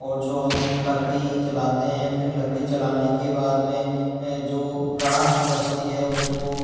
और जो हम लकड़ी जलाते हैं फिर लकड़ी जलाने के बाद में जो राख बचती है उसको